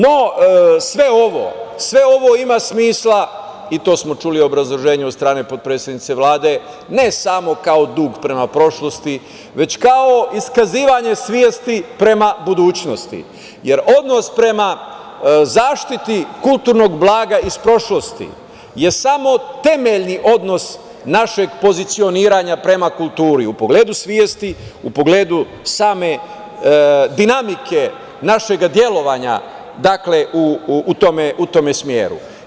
No, sve ovo ima smisla i to smo čuli u obrazloženju od strane potpredsednice Vlade, ne samo kao dug prema prošlosti, već kao iskazivanje svesti prema budućnosti, jer odnos prema zaštiti kulturnog blaga iz prošlosti je samo temeljni odnos našeg pozicioniranja prema kulturi u pogledu svesti, u pogledu same dinamike našeg delovanja u tome smeru.